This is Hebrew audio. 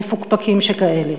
מפוקפקים שכאלה?